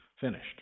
finished